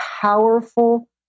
powerful